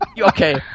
okay